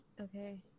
Okay